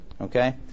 Okay